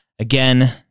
Again